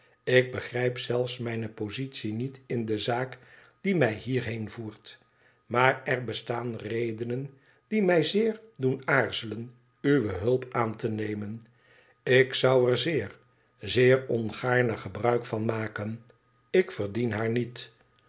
ik begrijp zelfs mijne positie niet in de zaak die mij hierheen voert maar er bestaan redenen die mij zeer doen aarzelen uwe hulp aan te nemen ik zou er zeer zeer ongaarne gebruik van maken ik verdien haar niet